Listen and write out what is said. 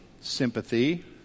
sympathy